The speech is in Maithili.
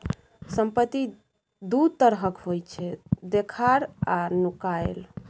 संपत्ति दु तरहक होइ छै देखार आ नुकाएल